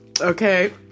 okay